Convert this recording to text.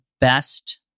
best